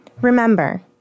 Remember